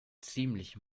ziemlich